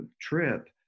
trip